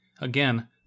again